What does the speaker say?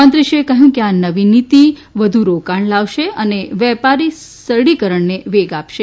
મંત્રીશ્રીએ કહ્યું કે આ નવી નીતી વધુ રોકાણ લાવશે અને વેપાર સરળીકરણને વેગ આપશે